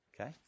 Okay